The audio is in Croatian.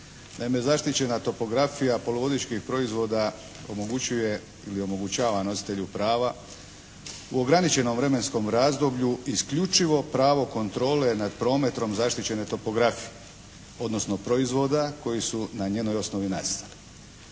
zaštićena topografija poluvodičkih proizvoda omogućuje ili omogućava nositelju prava u ograničenom vremenskom razdoblju isključivo pravo kontrole nad prometrom zaštićene topografije, odnosno proizvoda koji su na njenoj osnovi nastali.